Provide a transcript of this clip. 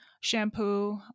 shampoo